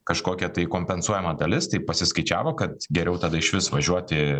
kažkokia tai kompensuojama dalis tai pasiskaičiavo kad geriau tada išvis važiuoti